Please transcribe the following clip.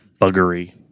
Buggery